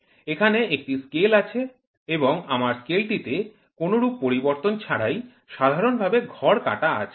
এখানে একটি স্কেল আছে এবং আমার স্কেলটিতে কোন রূপ পরিবর্তন ছাড়াই সাধারণভাবে ঘর কাটা আছে